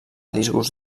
disgust